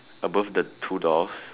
above the two doors